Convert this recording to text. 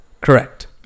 Correct